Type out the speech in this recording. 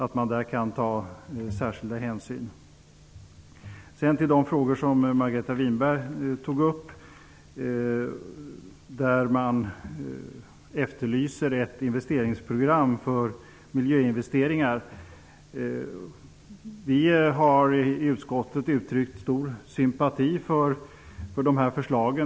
Sedan skall jag gå över till de frågor som Margareta Winberg tog upp. Hon efterlyser ett investeringsprogram för miljöinvesteringar. Vi har i utskottet uttryckt stor sympati för dessa förslag.